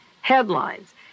Headlines